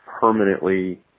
permanently